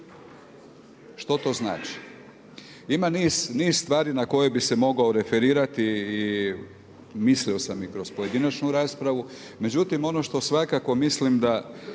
Što to znači? Ima niz stvari na koje bih se mogao referirati i mislio sam i kroz pojedinačnu raspravu. Međutim ono što svakako mislim da